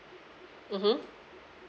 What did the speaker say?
mmhmm